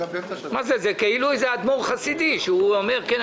זה כאילו מין אדמו"ר חסידי שאומר: כן,